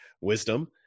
wisdom